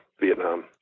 Vietnam